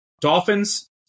Dolphins